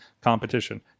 competition